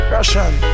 Russian